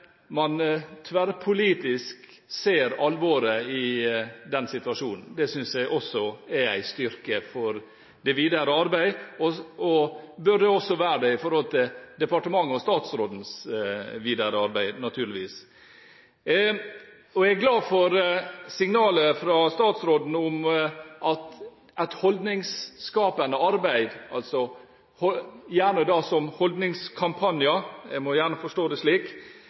man tverrpolitisk ser alvoret i situasjonen. Det synes jeg også er en styrke for det videre arbeid, og det burde også være det med tanke på departementet og statsrådens videre arbeid, naturligvis. Jeg er glad for signalet fra statsråden om at et holdningsskapende arbeid – gjerne som holdningskampanjer, en må gjerne forstå det slik